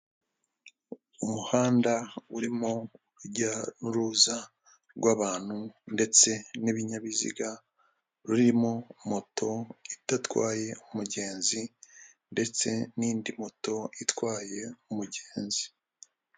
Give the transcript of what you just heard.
Umuhanda urimo urujya n'uruza rw'abantu ndetse n'ibinyabiziga, rurimo moto idatwaye umugenzi ndetse n'indi moto itwaye umugenzi.